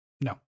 No